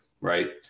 right